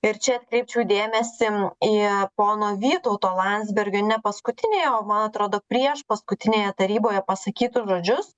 ir čia atkreipčiau dėmesį į pono vytauto landsbergio nepaskutinėje o man atrodo prieš paskutinėje taryboje pasakytus žodžius